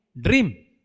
Dream